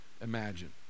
imagine